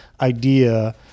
idea